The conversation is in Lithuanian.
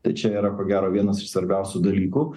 tai čia yra ko gero vienas iš svarbiausių dalykų